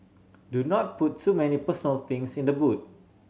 do not put too many personal things in the boot